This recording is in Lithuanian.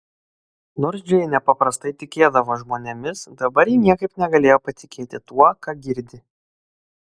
nors džeinė paprastai tikėdavo žmonėmis dabar ji niekaip negalėjo patikėti tuo ką girdi